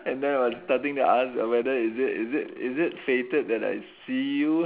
and then I was starting to ask whether is it is it is it fated that I see you